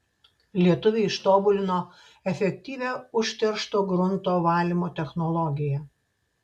lietuviai ištobulino efektyvią užteršto grunto valymo technologiją